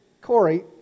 Corey